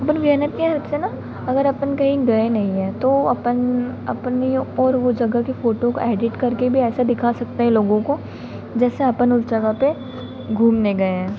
अपन V N app की help से न अगर अपन कहीं गए नहीं हैं तो अपन अपनी और वह ज़गह की फ़ोटो को एडिट करके भी ऐसा दिखा सकते हैं लोगों को जैसे अपन उस जगह पर घूमने गए हैं